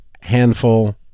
handful